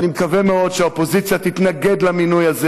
אני מקווה מאוד שהאופוזיציה תתנגד למינוי הזה.